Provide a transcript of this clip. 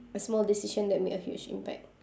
a small decision that made a huge impact